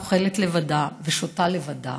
אוכלת לבדה ושותה לבדה,